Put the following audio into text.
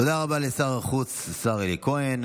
תודה רבה לשר החוץ אלי כהן.